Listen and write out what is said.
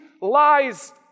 lies